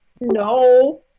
No